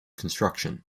construction